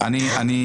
בעבר.